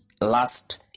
last